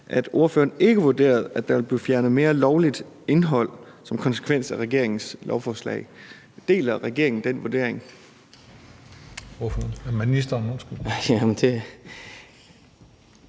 at ordføreren ikke vurderede, at der ville blive fjernet mere lovligt indhold som konsekvens af regeringens lovforslag. Deler regeringen den vurdering?